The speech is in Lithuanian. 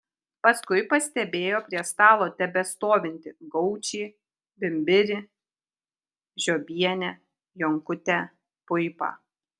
paskui pastebėjo prie stalo tebestovintį gaučį bimbirį žiobienę jonkutę puipą